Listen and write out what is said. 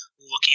looking